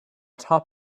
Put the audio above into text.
top